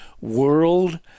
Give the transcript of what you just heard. world